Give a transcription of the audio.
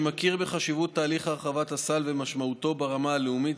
שמכיר בחשיבות תהליך הרחבת הסל ומשמעותו ברמה הלאומית,